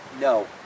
no